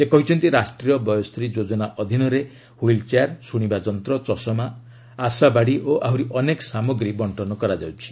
ସେ କହିଛନ୍ତି ରାଷ୍ଟ୍ରୀୟ ବୟୋଶ୍ରୀ ଯୋଜନା ଅଧୀନରେ ହୁଇଲ୍ ଚେୟାର୍ ଶୁଶିବା ଯନ୍ତ୍ର ଚଷମା ଆଶ୍ରା ବାଡ଼ି ଓ ଆହରି ଅନେକ ସାମଗ୍ରୀ ବର୍ଷନ କରାଯାଉଛି